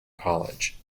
college